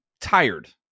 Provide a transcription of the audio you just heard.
tired